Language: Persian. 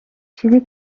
چیزی